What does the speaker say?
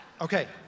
Okay